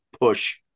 push